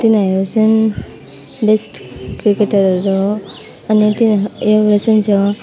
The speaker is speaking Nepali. तिनीहरू चाहिँ बेस्ट क्रिकेटरहरू हो अनि